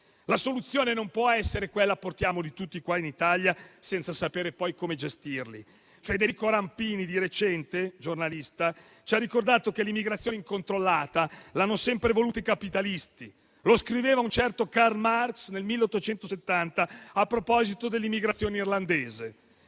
La soluzione non può essere quella di portarli tutti in Italia senza sapere poi come gestirli. Il giornalista Federico Rampini di recente ci ha ricordato che l'immigrazione incontrollata l'hanno sempre voluta i capitalisti; lo scriveva un certo Karl Marx nel 1870 a proposito dell'immigrazione irlandese: